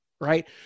right